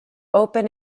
open